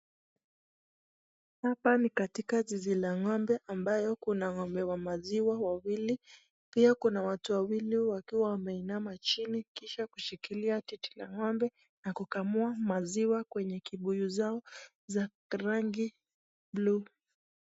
Hapa ni katika zizi la ng'ombe ambayo kuna ng'ombe wa maziwa wawili, pia kuna watu wawili wakiwa wameinama chini kisha kushikilia titi la ng'ombe na kukamua maziwa kwenye kubuyu zao za rangi buluu.